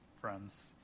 friends